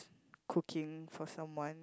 cooking for someone